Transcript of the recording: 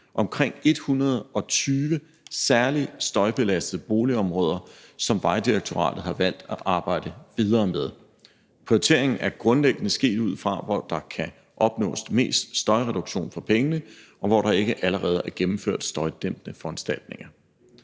omkring 120 særlig støjbelastede boligområder, som Vejdirektoratet har valgt at arbejde videre med. Prioriteringen er grundlæggende sket ud fra, hvor der kan opnås mest støjreduktion for pengene, og hvor der ikke allerede er gennemført støjdæmpende foranstaltninger.